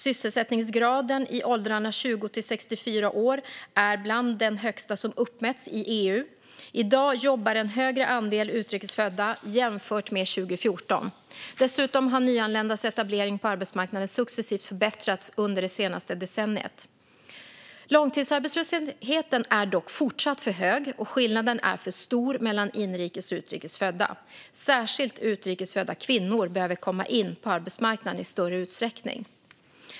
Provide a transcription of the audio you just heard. Sysselsättningsgraden i åldrarna 20-64 år är bland de högsta som uppmätts i EU. I dag jobbar en högre andel utrikes födda jämfört med 2014. Dessutom har nyanländas etablering på arbetsmarknaden successivt förbättrats under det senaste decenniet. Långtidsarbetslösheten är dock fortsatt för hög, och skillnaden är för stor mellan inrikes och utrikes födda. Särskilt utrikes födda kvinnor behöver komma in på arbetsmarknaden i större utsträckning.